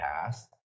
past